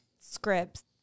scripts